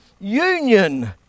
union